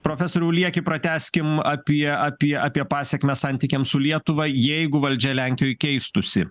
profesoriau lieki pratęskim apie apie apie pasekmes santykiams su lietuva jeigu valdžia lenkijoj keistųsi